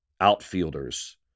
outfielders